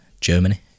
Germany